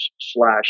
slash